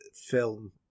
film